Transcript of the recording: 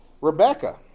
Rebecca